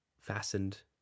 fastened